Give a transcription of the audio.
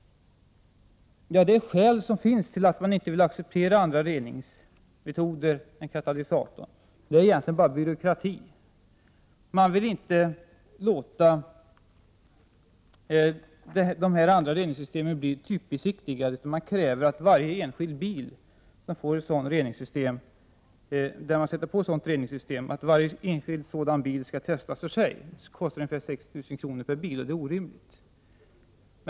Skälet till att man inte vill acceptera andra reningsmetoder än katalysator är egentligen bara byråkrati. Man vill inte låta dessa andra reningssystem bli typbesiktigade, därför att det krävs att varje enskild bilsom Prot. 1988/89:104 får ett sådant reningssystem skall testas för sig. Det kostar ungefär 6 000 kr. — 26 april 1989 per bil, och det är orimligt.